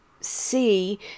see